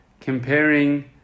Comparing